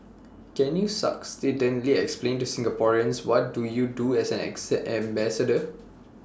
can you succinctly explain to Singaporeans what do you do as an ambassador